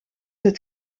het